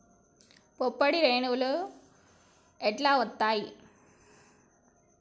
పుప్పొడి రేణువులు ఎట్లా వత్తయ్?